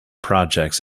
projects